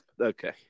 Okay